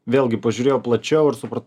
vėlgi pažiūrėjau plačiau ir supratau